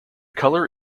color